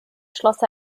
schloss